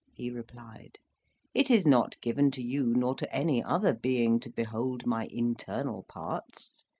he replied it is not given to you, nor to any other being, to behold my internal parts.